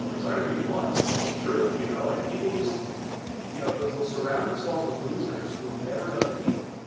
sorry to be blunt, but it's true. you know ah people just you know they'll they'll surround themselves with losers who've never done a deal,